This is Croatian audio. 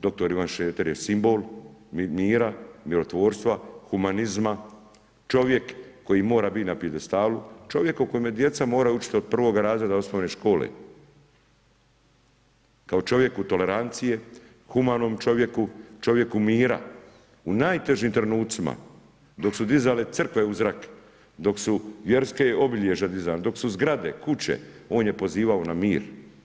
Dr. Ivan Šreter je simbol mira, mirotvorstva, humanizma, čovjek koji mora biti na pijedestalu, čovjek o kojem djeca moraju učiti od prvog razreda osnovne škole, kao čovjeku tolerancije, humanom čovjeku, čovjeku mira u najtežim trenucima dok su dizali crkve u zrak, dok su vjerska obilježja dizali, dok su zgrade, kuće, on je pozivao na mir.